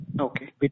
Okay